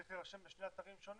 צריך להירשם בשני אתרים שונים,